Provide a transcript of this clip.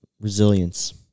Resilience